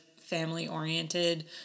family-oriented